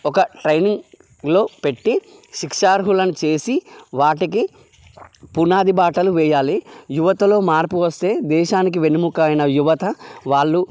ఒక ట్రైనింగ్లో పెట్టి శిక్షార్హులను చేసి వాటికి పునాది బాటలు వేయాలి యువతలో మార్పు వస్తే దేశానికి వెన్నెముక అయిన యువత వాళ్ళు